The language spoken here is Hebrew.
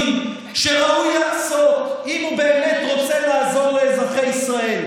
שראוי לעשות אם הוא באמת רוצה לעזור לאזרחי ישראל: